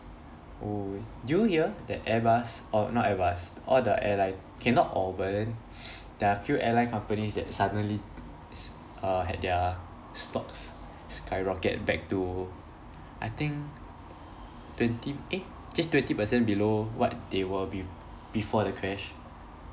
oh do you hear that airbus oh not airbus all the airline K not all but then there are a few airline companies that suddenly s~ err had their stocks skyrocket back to I think twenty eh just twenty percent below what they were be before the crash